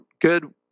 good